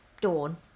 dawn